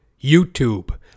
YouTube